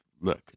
look